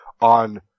on